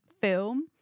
film